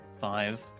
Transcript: Five